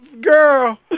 Girl